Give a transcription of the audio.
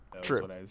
True